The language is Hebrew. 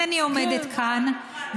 לכן אני עומדת כאן,